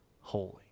holy